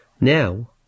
now